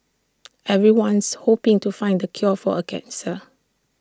everyone's hoping to find the cure for A cancer